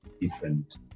different